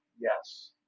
Yes